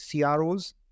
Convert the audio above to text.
CRO's